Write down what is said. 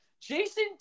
Jason